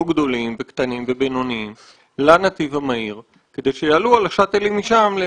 גדולים וקטנים ובינוניים לנתיב המהיר כדי שיעלו על השאטלים משם.